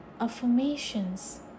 affirmations